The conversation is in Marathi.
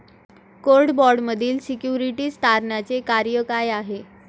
कोर्ट बाँडमधील सिक्युरिटीज तारणाचे कार्य काय आहे?